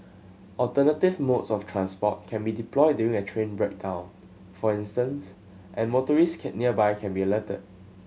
alternative modes of transport can be deployed during a train breakdown for instance and motorist can nearby can be alerted